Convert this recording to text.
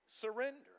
surrender